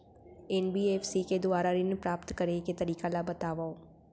NBFC के दुवारा ऋण प्राप्त करे के तरीका ल बतावव?